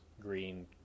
green